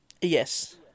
Yes